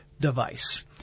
device